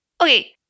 okay